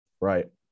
Right